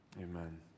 amen